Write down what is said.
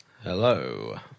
Hello